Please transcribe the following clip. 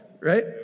Right